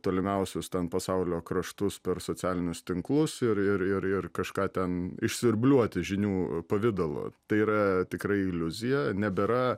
tolimiausius pasaulio kraštus per socialinius tinklus ir ir ir ir kažką ten išsiurbliuoti žinių pavidalu tai yra tikrai iliuzija nebėra